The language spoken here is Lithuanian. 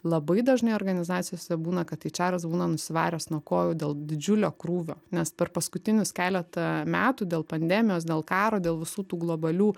labai dažnai organizacijose būna kad eičeras būna nusivaręs nuo kojų dėl didžiulio krūvio nes per paskutinius keletą metų dėl pandemijos dėl karo dėl visų tų globalių